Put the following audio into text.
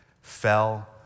fell